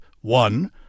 one